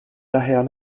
daher